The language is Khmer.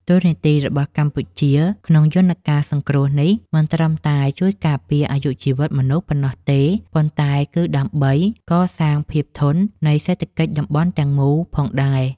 តួនាទីរបស់កម្ពុជាក្នុងយន្តការសង្គ្រោះនេះ មិនត្រឹមតែជួយការពារអាយុជីវិតមនុស្សប៉ុណ្ណោះទេ ប៉ុន្តែ គឺដើម្បីកសាងភាពធន់នៃសេដ្ឋកិច្ចតំបន់ទាំងមូលផងដែរ។